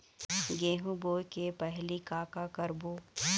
गेहूं बोए के पहेली का का करबो?